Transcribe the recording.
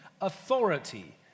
authority